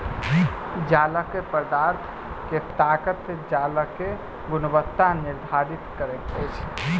जालक पदार्थ के ताकत जालक गुणवत्ता निर्धारित करैत अछि